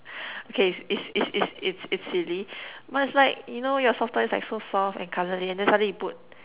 okay it's it's it's it's it's it's silly but it's like you know your soft toy is like so soft and cuddly and then suddenly you put